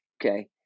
Okay